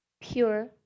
pure